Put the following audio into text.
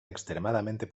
extremadamente